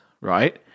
right